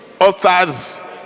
authors